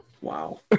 wow